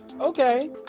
Okay